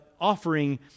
offering